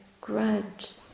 grudge